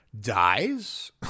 dies